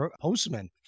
postman